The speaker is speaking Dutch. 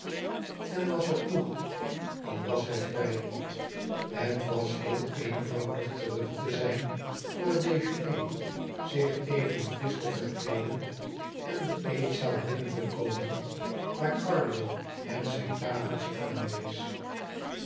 en was het nog al was hij vrij het was heel eenvoudig terug te zijn voor het dejeuner zich even frisch te verkleeden en de eetzaal binnen te komen waar carlo hem zijn tafeltje